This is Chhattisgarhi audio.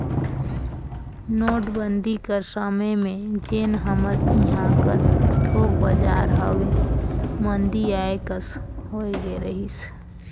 नोटबंदी कर समे में जेन हमर इहां कर थोक बजार हवे मंदी आए कस होए गए रहिस